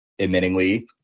admittingly